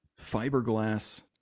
fiberglass